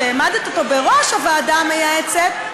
שהעמדת אותו בראש הוועדה המייעצת,